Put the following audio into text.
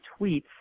tweets